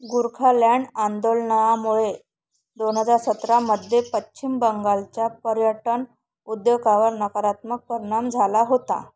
गुरखालँड आंदोलनामुळे दोन हजार सतरामध्ये पश्चिम बंगालच्या पर्यटन उद्योगावर नकारात्मक परिणाम झाला होता